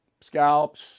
scallops